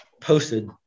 posted